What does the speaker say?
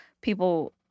people